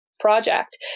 project